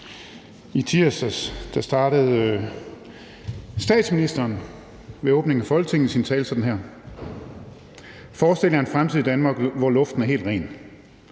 I tirsdags startede statsministeren ved åbningen af Folketinget sin tale sådan her: »Forestil jer en fremtid i Danmark, hvor luften er helt ren: